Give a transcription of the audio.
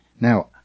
Now